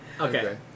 Okay